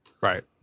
right